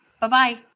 Bye-bye